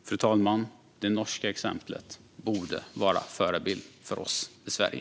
Fru talman! Det norska exemplet borde vara en förebild för oss i Sverige.